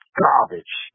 garbage